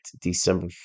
December